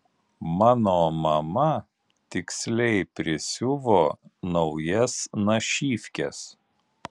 mano mama tiksliai prisiuvo naujas našyvkes